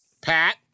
Pat